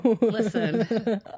listen